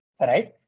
right